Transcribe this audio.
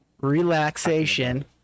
relaxation